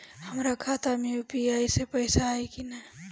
हमारा खाता मे यू.पी.आई से पईसा आई कि ना?